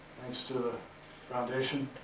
thanks to the foundation